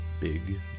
Big